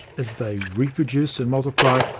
as they reproduce and multiply,